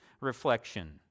reflection